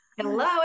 Hello